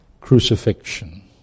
crucifixion